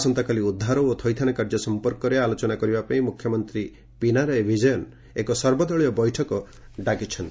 ଆସନ୍ତାକାଲି ଉଦ୍ଧାର ଓ ଥଇଥାନ କାର୍ଯ୍ୟ ସଂପର୍କରେ ଆଲୋଚନା କରିବା ପାଇଁ ମୁଖ୍ୟମନ୍ତ୍ରୀ ପିନାରାଇ ବିଜୟନ୍ ଏକ ସର୍ବଦଳୀୟ ବୈଠକ ଡକାଇଛନ୍ତି